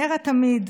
נר התמיד.